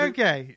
Okay